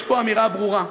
יש פה אמירה ברורה.